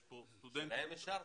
יש פה סטודנטים --- שלהם אישרתם.